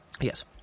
Yes